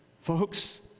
Folks